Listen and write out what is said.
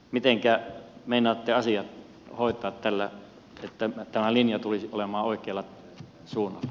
mitenkä meinaatte asiat hoitaa tällä että tämä linja tulisi olemaan oikealla suunnalla